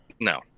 No